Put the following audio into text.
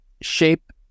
shape